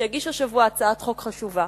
שהגיש השבוע הצעת חוק חשובה,